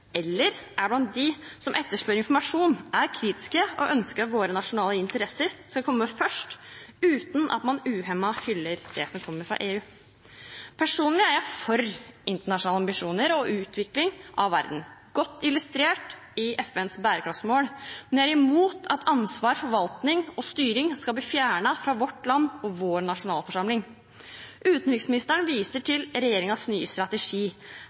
eller at man er blant dem som etterspør informasjon og er kritiske, og ønsker at våre nasjonale interesser skal komme først, uten at man uhemmet hyller det som kommer fra EU. Personlig er jeg for internasjonale ambisjoner og utvikling av verden, godt illustrert i FNs bærekraftsmål, men jeg er imot at ansvar, forvaltning og styring skal bli fjernet fra vårt land og vår nasjonalforsamling. Utenriksministeren viser til regjeringens nye strategi.